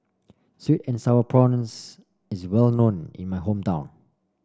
sweet and sour prawns is well known in my hometown